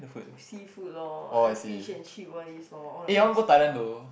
seafood loh and fish and chip all these loh all the western ah